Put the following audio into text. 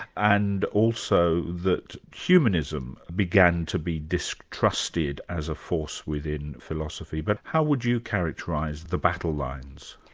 and also that humanism began to be distrusted as a force within philosophy. but how would you characterise the battle lines?